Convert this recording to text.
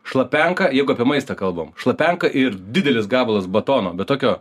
šlapenka jeigu apie maistą kalbam šlapenka ir didelis gabalas batono bet tokio